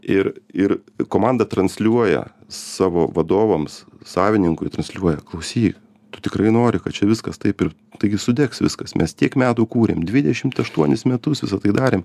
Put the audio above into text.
ir ir komanda transliuoja savo vadovams savininkui transliuoja klausyk tu tikrai nori kad čia viskas taip ir taigi sudegs viskas mes tiek metų kūrėm dvidešimt aštuonis metus visa tai darėm